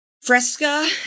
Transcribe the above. fresca